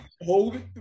hold